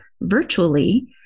virtually